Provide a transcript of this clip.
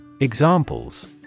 Examples